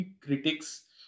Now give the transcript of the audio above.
critics